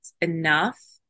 enough